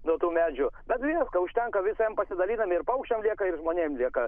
nuo tų medžių bet visko užtenka visiems pasidalinami ir paukščiam lieka ir žmonėm lieka